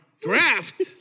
draft